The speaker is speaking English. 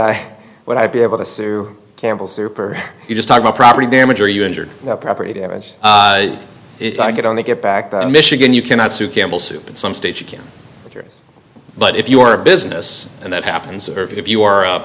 i would be able to sue campbell's soup or you just talk about property damage or you injured property damage if i could only get back to michigan you cannot sue campbell soup in some states you can't but if you are a business and that happens or if you are